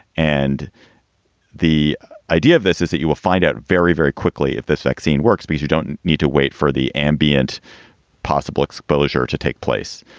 and the idea of this is that you will find out very, very quickly if this vaccine works. b, you don't need to wait for the ambient possible exposure to take place.